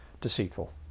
deceitful